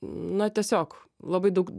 na tiesiog labai daug